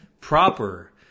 proper